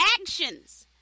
actions